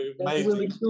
amazing